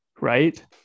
right